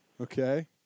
Okay